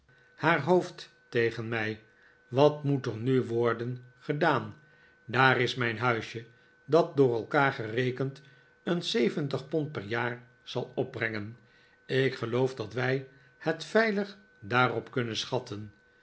haar hoofd tegen mij wat moet er nu worden gedaah daar is mijn huisje dat door elkaar gerekend een zeventig pond per jaar zal opbrengen ik geloof dat wij het veilig daarop kunnen schatten